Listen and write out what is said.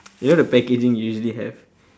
you know the packaging you usually have